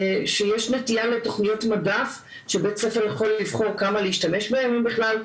כשיש נטייה לתוכניות מדף שבית הספר רשאי לבחור כמה להשתמש בהן ואם בכלל,